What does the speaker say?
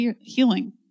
healing